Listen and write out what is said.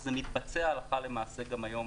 וזה מתבצע הלכה למעשה גם היום